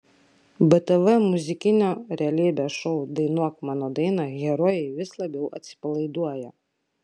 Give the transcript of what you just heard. btv muzikinio realybės šou dainuok mano dainą herojai vis labiau atsipalaiduoja